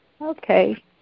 okay